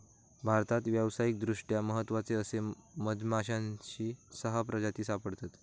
भारतात व्यावसायिकदृष्ट्या महत्त्वाचे असे मधमाश्यांची सहा प्रजाती सापडतत